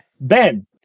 Ben